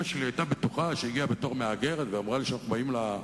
שואל חברי ליכוד שהייתי מראיין אותם על חמשת